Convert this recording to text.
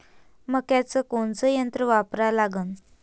मक्याचं कोनचं यंत्र वापरा लागन?